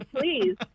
please